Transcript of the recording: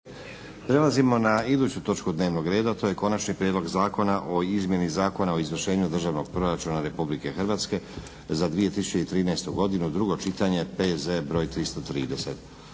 Prelazimo na iduću točku dnevnog reda. To je 2. Konačni prijedlog zakona o izmjeni Zakona o izvršavanju Državnog proračuna Republike Hrvatske za 2013. godinu, drugo čitanje, P.Z. br. 330.